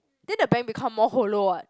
then the bank become more hollow what